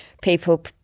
people